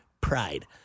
pride